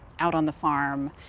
out on the farm,